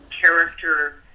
character